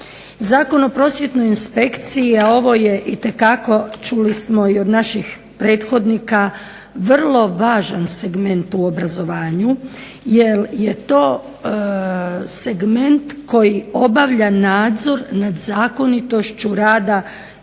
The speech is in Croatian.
Zakon o prosvjetnoj inspekciji, a ovo je itekako čuli smo i od naših prethodnika, vrlo važan segment u obrazovanju jer je to segment koji obavlja nadzor nad zakonitošću rada